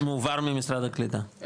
מועבר ממשרד הקליטה?